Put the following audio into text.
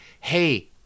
hey